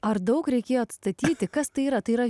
ar daug reikėjo atstatyti kas tai yra tai yra